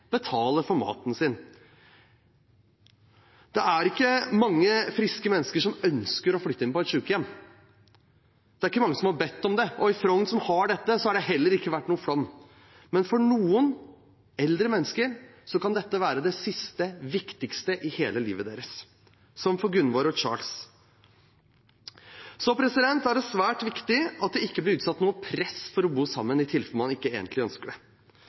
for maten sin. Det er ikke mange friske mennesker som ønsker å flytte inn på et sykehjem. Det er ikke mange som har bedt om det, og i Frogn, som har denne ordningen, har det heller ikke vært noen flom. Men for noen eldre mennesker kan dette være det siste, viktigste i hele livet deres, som for Gunvor og Charles. Det er svært viktig at det ikke blir noe press om å bo sammen, i tilfelle man egentlig ikke ønsker det.